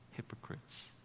hypocrites